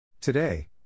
Today